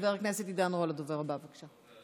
חבר הכנסת עידן רול, הדובר הבא, בבקשה.